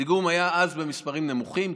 הדיגום היה אז במספרים נמוכים,